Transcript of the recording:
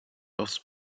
aus